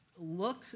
look